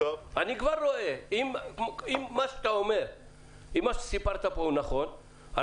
אם מה שסיפרת פה הוא נכון,